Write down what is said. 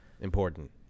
important